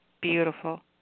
beautiful